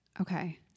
Okay